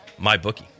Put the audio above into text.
MyBookie